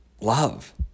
love